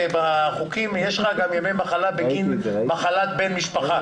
בחוקים יש לך גם ימי מחלה בגין מחלת בן משפחה.